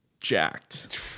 Jacked